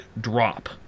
drop